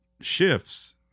shifts